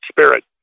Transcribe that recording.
spirit